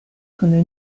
可能